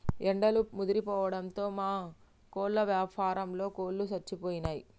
ఎండలు ముదిరిపోవడంతో మా కోళ్ళ ఫారంలో కోళ్ళు సచ్చిపోయినయ్